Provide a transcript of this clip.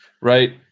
right